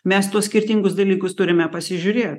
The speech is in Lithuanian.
mes tuos skirtingus dalykus turime pasižiūrė